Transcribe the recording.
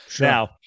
now